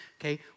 okay